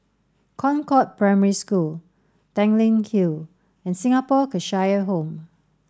Concord Primary School Tanglin Hill and Singapore Cheshire Home